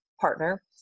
partner